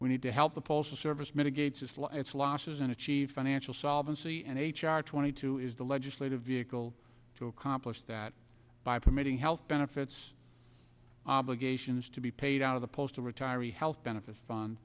we need to help the postal service mitigates its let's losses and achieve financial solvency and h r twenty two is the legislative vehicle to accomplish that by permitting health benefits obligations to be paid out of the postal retiree health benefits fun